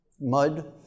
mud